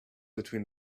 between